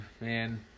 man